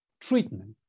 treatment